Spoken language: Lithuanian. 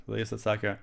o jis atsakė